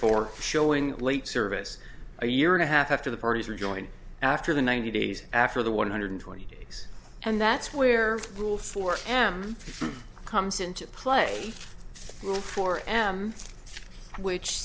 four showing late service a year and a half after the parties are joined after the ninety days after the one hundred twenty days and that's where the rule for them comes into play rule four am which